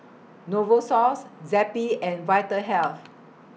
Novosource Zappy and Vitahealth